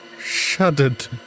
Shuddered